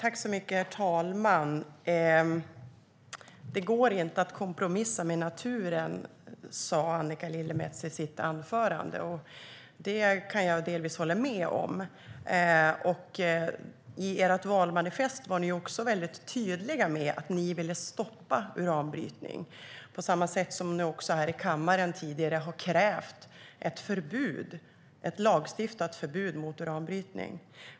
Herr talman! Det går inte att kompromissa med naturen, sa Annika Lillemets i sitt anförande. Det kan jag delvis hålla med om. I ert valmanifest var ni också mycket tydliga med att ni ville stoppa uranbrytning, på samma sätt som ni här i kammaren tidigare har krävt ett förbud i lagstiftningen mot uranbrytning.